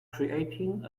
creating